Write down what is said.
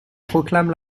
proclame